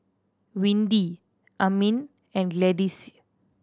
Windy Amin and Gladyce